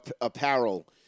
apparel